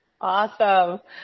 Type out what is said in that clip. Awesome